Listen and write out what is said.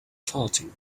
farting